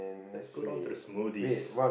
let's go down to the smoothies